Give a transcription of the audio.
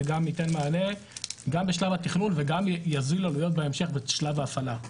זה גם ייתן מענה גם בשלב התכלול וגם יוזיל עלויות בהמשך בשלב ההפעלה.